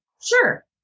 Sure